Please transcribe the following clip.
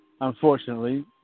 unfortunately